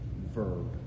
verb